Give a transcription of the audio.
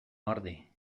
ordi